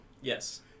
Yes